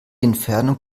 entfernung